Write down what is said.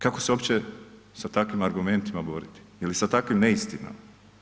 Kako se uopće sa takvim argumentima boriti ili sa takvim neistinama?